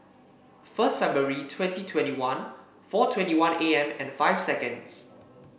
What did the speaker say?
first February twenty twenty one four twenty one A M and five seconds